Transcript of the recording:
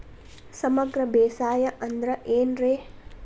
ಸಮಗ್ರ ಬೇಸಾಯ ಅಂದ್ರ ಏನ್ ರೇ?